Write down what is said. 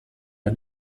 are